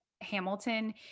Hamilton